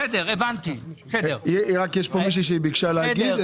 יש כאן מישהי שביקשה להתייחס.